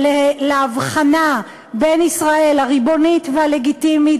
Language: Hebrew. להבחנה בין ישראל הריבונית והלגיטימית,